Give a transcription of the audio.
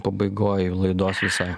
pabaigoj jau laidos visai